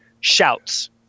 shouts